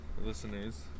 listeners